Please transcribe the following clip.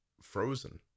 frozen